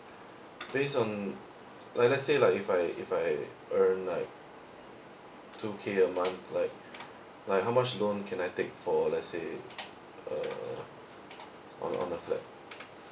based on like let's say like if I if I earn like two k a month right like how much loan can I take for let's say uh on on the flat